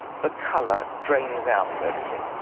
the color drains out of everything.